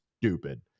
stupid